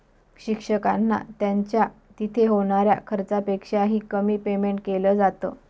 शिक्षकांना त्यांच्या तिथे होणाऱ्या खर्चापेक्षा ही, कमी पेमेंट केलं जात